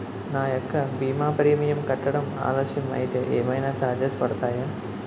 నా యెక్క భీమా ప్రీమియం కట్టడం ఆలస్యం అయితే ఏమైనా చార్జెస్ పడతాయా?